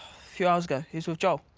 few hours ago. he was with joel.